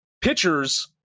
pitchers